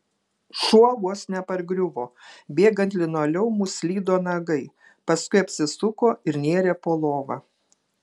šuo vos nepargriuvo bėgant linoleumu slydo nagai paskui apsisuko ir nėrė po lova